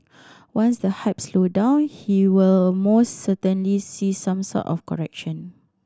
once the hype slow down he will most certainly see some sort of correction